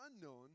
unknown